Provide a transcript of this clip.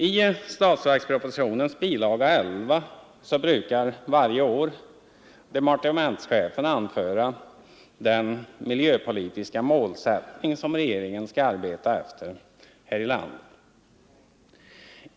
I statsverkspropositionens bilaga 11 brukar varje år departementschefen anföra den miljöpolitiska målsättning som regeringen skall arbeta efter här i landet.